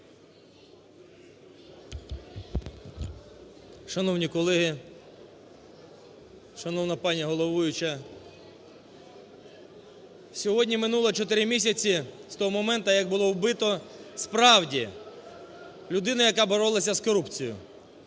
Шановні колеги, шановна пані головуюча, сьогодні минуло 4 місяці з того моменту як було вбито, справді, людину, яка боролася з корупцією